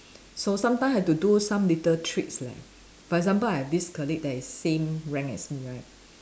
so sometimes have to do some little tricks leh for example I have this colleague that is same rank as me right